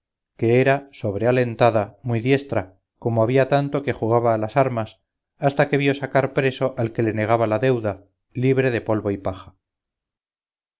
que era sobre alentada muy diestra como había tanto que jugaba las armas hasta que vió sacar preso al que le negaba la deuda libre de polvo y paja